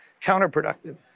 counterproductive